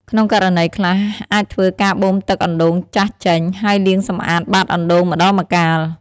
ក្នុងករណីខ្លះ អាចធ្វើការបូមទឹកអណ្ដូងចាស់ចេញ ហើយលាងសម្អាតបាតអណ្ដូងម្តងម្កាល។